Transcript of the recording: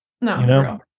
No